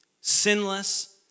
sinless